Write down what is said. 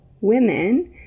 women